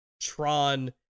Tron